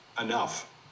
enough